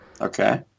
okay